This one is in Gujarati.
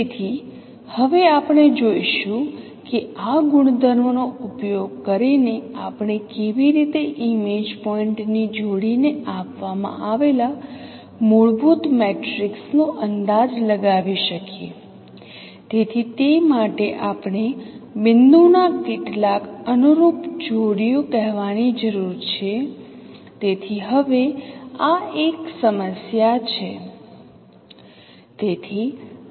તેથી હવે આપણે જોઈશું કે આ ગુણધર્મનો ઉપયોગ કરીને આપણે કેવી રીતે ઇમેજ પોઇન્ટ ની જોડીને આપવામાં આવેલા મૂળભૂત મેટ્રિક્સનો અંદાજ લગાવી શકીએ તેથી તે માટે આપણે બિંદુ ના કેટલાક અનુરૂપ જોડીઓ કહેવાની જરૂર છે તેથી હવે આ એક સમસ્યા છે